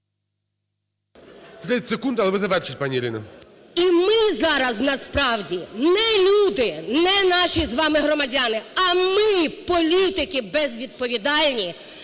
І ми зараз, насправді не люди, не наші з вами громадяни, а ми політики безвідповідальні